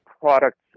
products